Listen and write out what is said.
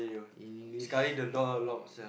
in English